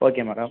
okay madam